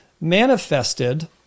manifested